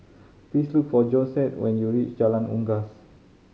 please look for Josette when you reach Jalan Unggas